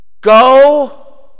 go